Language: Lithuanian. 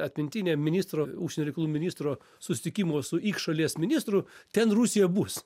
atmintinę ministro užsienio reikalų ministro susitikimo su iks šalies ministru ten rusija bus